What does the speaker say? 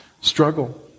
struggle